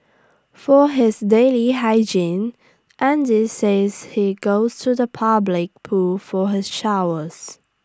for his daily hygiene Andy says he goes to the public pool for his showers